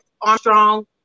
Armstrong